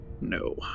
No